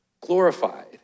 glorified